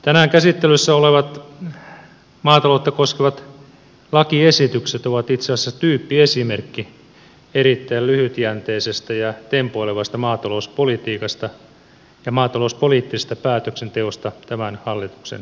tänään käsittelyssä olevat maataloutta koskevat lakiesitykset ovat itse asiassa tyyppiesimerkki erittäin lyhytjänteisestä ja tempoilevasta maatalouspolitiikasta ja maatalouspoliittisesta päätöksenteosta tämän hallituksen toimiessa